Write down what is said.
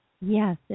Yes